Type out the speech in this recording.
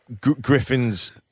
Griffin's